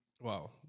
wow